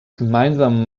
gemeinsamen